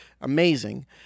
amazing